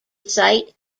site